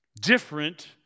different